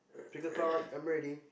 pick a card I'm ready